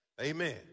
Amen